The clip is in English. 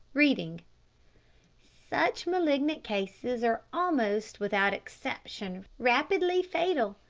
reading such malignant cases are almost without exception rapidly fatal,